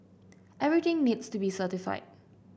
everything needs to be certified